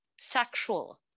sexual